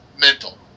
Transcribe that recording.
mental